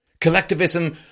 Collectivism